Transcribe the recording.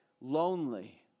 lonely